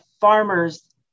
farmer's